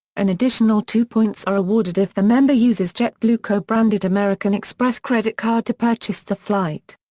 an additional two points are awarded if the member uses jetblue cobranded american express credit card to purchase the flight.